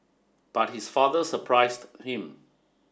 but his father surprised him